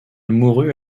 mourut